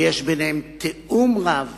ויש ביניהן תיאום רב